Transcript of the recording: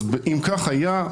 אם כך היה,